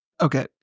Okay